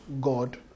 God